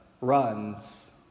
runs